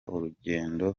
urugendo